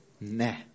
Nah